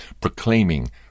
proclaiming